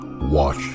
watch